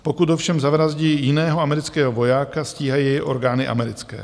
Pokud ovšem zavraždí jiného amerického vojáka, stíhají jej orgány americké.